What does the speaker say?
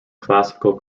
classical